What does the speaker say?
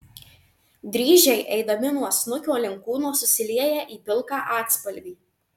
dryžiai eidami nuo snukio link kūno susilieja į pilką atspalvį